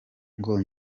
ngo